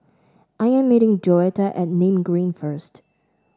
I am meeting Joetta at Nim Green first